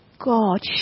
God